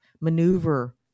maneuver